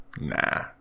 nah